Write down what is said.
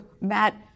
Matt